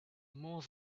more